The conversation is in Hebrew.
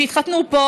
שיתחתנו פה,